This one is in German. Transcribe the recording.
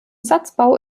satzbau